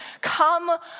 Come